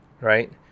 right